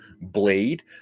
blade